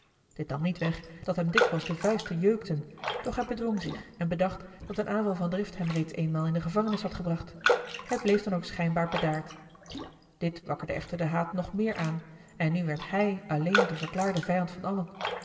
dit nam niet weg dat hem dikwijls de vuisten jeukten doch hij bedwong zich en bedacht dat een aanval van drift hem reeds eenmaal in de gevangenis had gebracht hij bleef dan ook schijnbaar bedaard dit wakkerde echter den haat nog meer aan en nu werd hij alleen de verklaarde vijand van allen